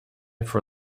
for